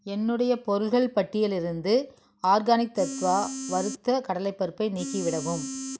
என்னுடைய பொருள்கள் பட்டியலிருந்து ஆர்கானிக் தத்வா வறுத்த கடலைப் பருப்பை நீக்கிவிடவும்